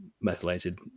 methylated